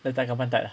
letak dekat thigh ah